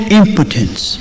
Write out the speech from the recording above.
impotence